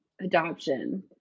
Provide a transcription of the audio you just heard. adoption